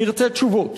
נרצה תשובות.